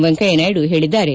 ವೆಂಕಯ್ಥನಾಯ್ಡು ಹೇಳಿದ್ದಾರೆ